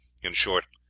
in short,